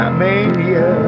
mania